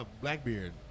Blackbeard